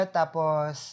tapos